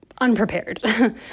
unprepared